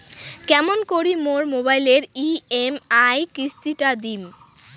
কেমন করি মোর মোবাইলের ই.এম.আই কিস্তি টা দিম?